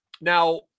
Now